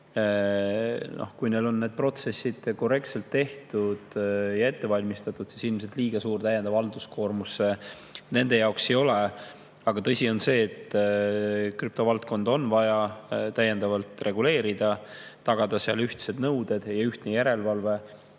Kui neil on need protsessid korrektselt ette valmistatud ja tehtud, siis see ilmselt liiga suur täiendav halduskoormus nende jaoks ei ole. Aga tõsi on see, et krüptovaldkonda on vaja täiendavalt reguleerida ja tagada seal ühtsed nõuded ja ühtne järelevalve.